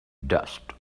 dust